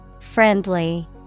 Friendly